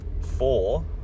four